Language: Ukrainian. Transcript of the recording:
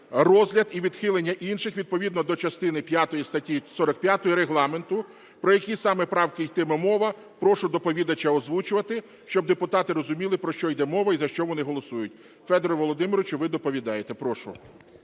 розгляд і відхилення інших відповідно до частини п'ятої статті 45 Регламенту. Про які саме правки йтиме мова, прошу доповідача озвучувати, щоб депутати розуміли, про що йде мова і за що вони голосують. Федоре Володимировичу, ви доповідаєте. Прошу.